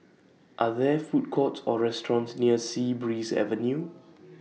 Are There Food Courts Or restaurants near Sea Breeze Avenue